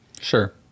Sure